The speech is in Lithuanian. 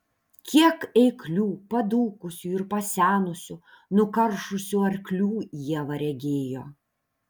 kiek eiklių padūkusių ir pasenusių nukaršusių arklių ieva regėjo